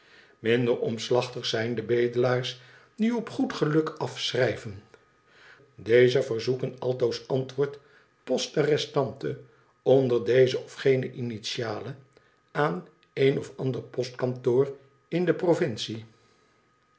minder omslachtig zijn bedelaars die op goed geluk afschrijven deze verzoeken altoos antwoord poste restante onder deze of gene initialen aan een of ander postkantoor in de provincie